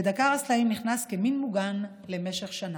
ודקר הסלעים נכנס כמין מוגן למשך שנה.